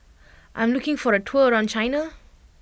I am looking for a tour around China